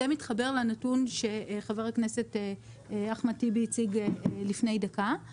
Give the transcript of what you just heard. זה מתחבר לנתון שחבר הכנסת אחמד טיבי הציג לפני דקה,